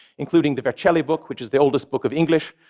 included the vercelli book, which is the oldest book of english,